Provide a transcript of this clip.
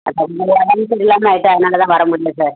அதுக்கு முன்னாடி உடம்பு சரியில்லாமல் ஆயிட்டு அதனால் தான் வரமுடியல சார்